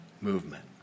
Movement